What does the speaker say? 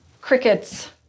crickets